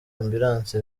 ambulance